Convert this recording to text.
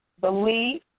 believe